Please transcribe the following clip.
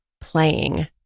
playing